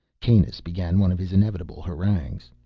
kanus began one of his inevitable harangues.